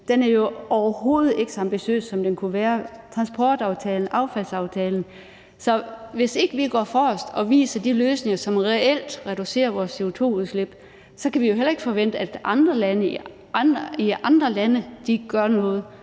overhovedet ikke så ambitiøs, som den kunne være, og det gælder også transportaftalen og affaldsaftalen. Hvis ikke vi går forrest og anviser de løsninger, som reelt reducerer vores CO2-udslip, så kan vi jo heller ikke forvente, at andre lande skal gøre noget.